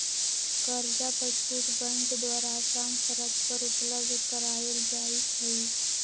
कर्जा पर छुट बैंक द्वारा असान शरत पर उपलब्ध करायल जाइ छइ